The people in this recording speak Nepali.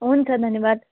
हुन्छ धन्यवाद